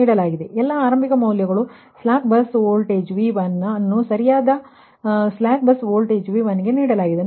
ನೀಡಲಾಗಿದೆ ಮತ್ತು ಎಲ್ಲಾ ಆರಂಭಿಕ ಮೌಲ್ಯಗಳು slack bus voltage V1 V1 ಅನ್ನು ಸಹ ಸರಿಯಾದ ಸ್ಲಾಕ್ ಬಸ್ ವೋಲ್ಟೇಜ್ V1ನೀಡಲಾಗಿದೆ